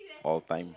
all time